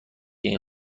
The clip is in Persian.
این